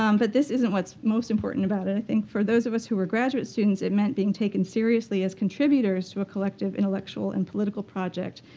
um but this isn't what's most important about it. i think for those of us who were graduate students, it meant being taken seriously as contributors to a collective intellectual and political project.